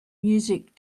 music